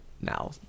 now